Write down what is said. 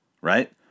Right